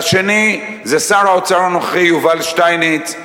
והשני זה שר האוצר הנוכחי יובל שטייניץ,